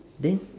eh